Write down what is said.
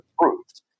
approved